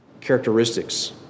characteristics